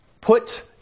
put